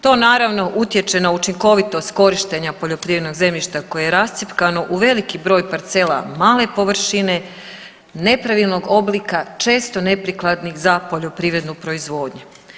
To naravno utječe na učinkovitost korištenja poljoprivrednog zemljišta koje je rascjepkano u veliki broj parcela male površine, nepravilnog oblika, često neprikladnih za poljoprivrednu proizvodnju.